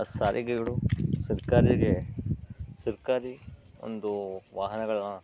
ಆ ಸಾರಿಗೆಗಳು ಸರ್ಕಾರಿಗೆ ಸರ್ಕಾರಿ ಒಂದು ವಾಹನಗಳ ಅಂದರೆ